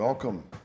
Welcome